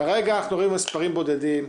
כרגע אנחנו מדברים על מספרים בודדים,